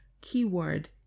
keyword